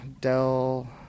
Dell